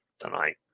tonight